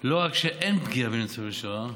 לא רק שאין פגיעה בניצולי שואה,